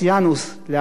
להבדיל,